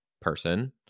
person